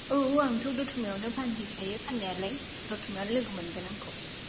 औ आंथ' दतमायावनो फानहैखायो फान्नायालाय दतमायावनो लोगो मोनगोन आंखौ